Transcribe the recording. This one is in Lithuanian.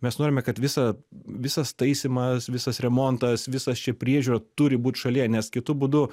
mes norime kad visa visas taisymas visas remontas visas čia priežiūra turi būt šalyje nes kitu būdu